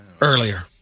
Earlier